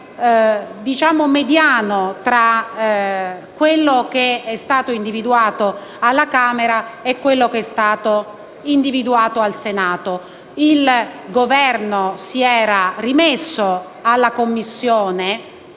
ambito mediano tra quello che è stato individuato alla Camera e quello che è stato individuato al Senato. Il Governo si era rimesso alla Commissione